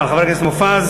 תודה רבה לחבר הכנסת מופז.